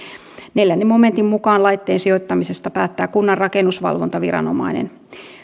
neljännen momentin mukaan laitteen sijoittamisesta päättää kunnan rakennusvalvontaviranomainen